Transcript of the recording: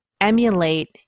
emulate